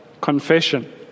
confession